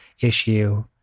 issue